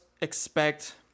expect